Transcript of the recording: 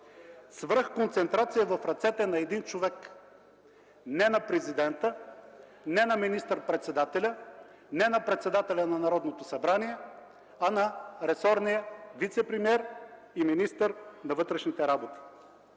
Свръхконцентрация в ръцете на един човек – не на президента, не на министър-председателя, не на председателя на Народното събрание, а на ресорния вицепремиер и министър на вътрешните работи.